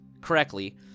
correctly